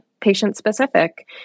patient-specific